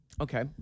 Okay